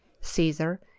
caesar